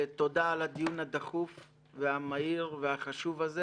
תודה על הדיון הדחוף והמהיר והחשוב הזה,